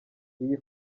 iyi